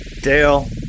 Dale